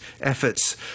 efforts